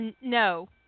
no